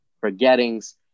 forgettings